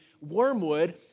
Wormwood